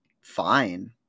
fine